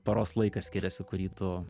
paros laikas skiriasi kurį tu